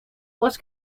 was